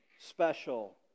special